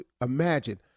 imagine